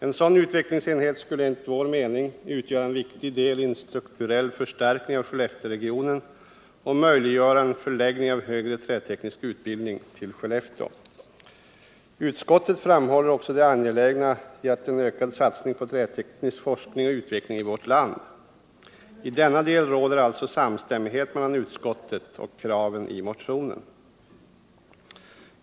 En sådan utvecklingsenhet skulle enligt vår mening utgöra en viktig del i en strukturell förstärkning av Skellefteregionen och möjliggöra en förläggning av högre träteknisk utbildning till Skellefteå. Utskottet framhåller också det angelägna i en ökad satsning på träteknisk forskning och utveckling i vårt land. I denna del råder alltså samstämmighet mellan utskottet och kraven i motionen.